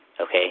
okay